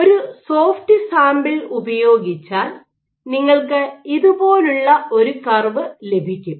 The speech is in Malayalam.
ഒരു സോഫ്റ്റ് സാമ്പിൾ ഉപയോഗിച്ചാൽ നിങ്ങൾക്ക് ഇതുപോലുള്ള ഒരു കർവ് ലഭിക്കും